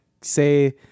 say